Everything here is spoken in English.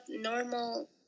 normal